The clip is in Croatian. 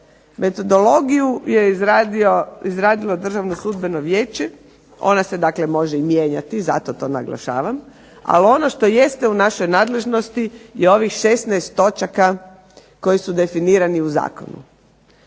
Metodologiju je izradilo Državno sudbeno vijeće, ona se može mijenjati, zato to naglašavam, ali ono što jeste u našoj nadležnosti je ovih 16 točaka koji su definirani u zakonu.